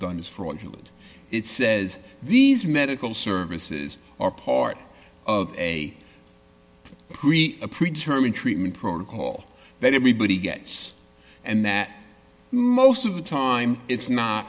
done is fraudulent it says these medical services are part of a a predetermined treatment protocol that everybody gets and that most of the time it's not